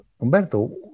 Umberto